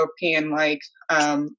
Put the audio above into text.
European-like